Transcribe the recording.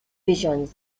visions